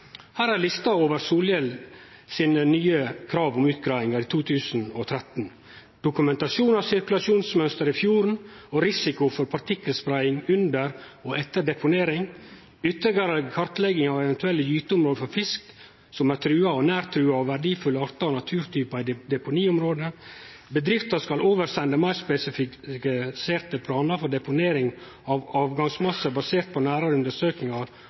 Her er lista over Solhjell sine nye krav om utgreiingar i 2013: Dokumentasjon av sirkulasjonsmønsteret i fjorden og risiko for partikkelspreiing under og etter deponering. Ytterlegare kartlegging av eventuelle gyteområde for fisk og av truga, nær truga og verdifulle artar og naturtypar i deponiområdet. Bedrifta skal oversende ein meir spesifisert plan for deponering av avgangsmassar basert på nærare undersøkingar